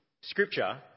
scripture